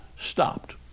stopped